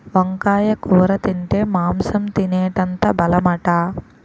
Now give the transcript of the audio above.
వంకాయ కూర తింటే మాంసం తినేటంత బలమట